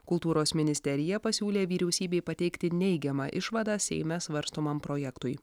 kultūros ministerija pasiūlė vyriausybei pateikti neigiamą išvadą seime svarstomam projektui